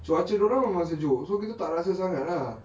cuaca dia orang memang sejuk so kita tak rasa sangat ah